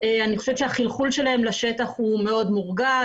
אני חושבת שהחלחול שלהם לשטח הוא מאוד מורגש.